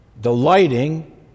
delighting